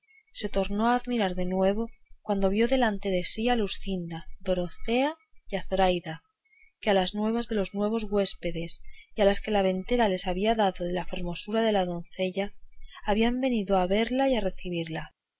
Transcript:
se tornó a admirar de nuevo cuando vio delante de sí a luscinda dorotea y a zoraida que a las nuevas de los nuevos güéspedes y a las que la ventera les había dado de la hermosura de la doncella habían venido a verla y a recebirla